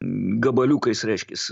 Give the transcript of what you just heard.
gabaliukais reiškias